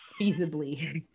feasibly